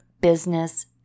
business